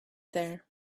there